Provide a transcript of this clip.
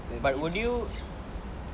but would you